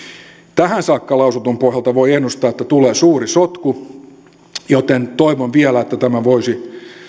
tähän saakka lausutun pohjalta voi ennustaa että tulee suuri sotku joten toivon vielä että tämä voisi